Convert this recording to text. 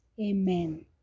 Amen